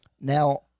Now